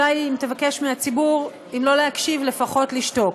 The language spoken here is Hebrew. אולי אם תבקש מהציבור אם לא להקשיב לפחות לשתוק.